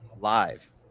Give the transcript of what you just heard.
live